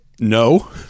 no